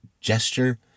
gesture